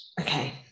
Okay